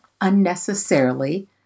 unnecessarily